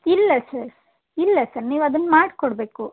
ಇಲ್ಲ ಸರ್ ಇಲ್ಲ ಸರ್ ನೀವು ಅದನ್ನು ಮಾಡಿಕೊಡ್ಬೇಕು